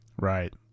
right